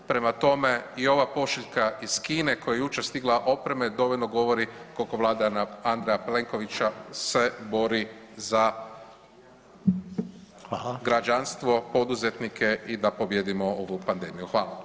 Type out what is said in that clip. Prema tome, i ova pošiljka iz Kine koja je jučer stigla opreme dovoljno govori koliko vlada Andreja Plenkovića se bori za građanstvo, poduzetnike i da pobijedimo ovu pandemiju.